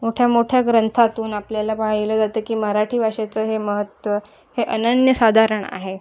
मोठ्या मोठ्या ग्रंथातून आपल्याला पाहिलं जातं की मराठी भाषेचं हे महत्त्व हे अनन्य साधारण आहे